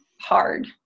hard